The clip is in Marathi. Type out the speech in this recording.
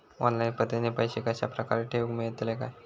ऑनलाइन पद्धतीन पैसे कश्या प्रकारे ठेऊक मेळतले काय?